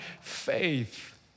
faith